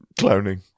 cloning